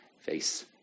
face